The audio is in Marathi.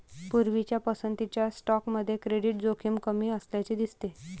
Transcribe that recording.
पूर्वीच्या पसंतीच्या स्टॉकमध्ये क्रेडिट जोखीम कमी असल्याचे दिसते